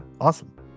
Awesome